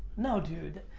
no, dude.